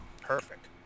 Perfect